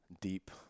deep